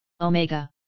Omega